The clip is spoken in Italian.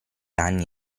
anni